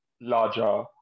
larger